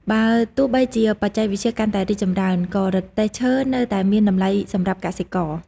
បើទោះបីជាបច្ចេកវិទ្យាកាន់តែរីកចម្រើន ក៏រទេះឈើនៅតែមានតម្លៃសម្រាប់កសិករ។